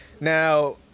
Now